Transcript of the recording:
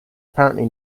apparently